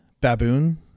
baboon